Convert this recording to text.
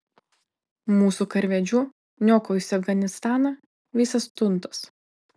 mūsų karvedžių niokojusių afganistaną visas tuntas